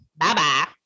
Bye-bye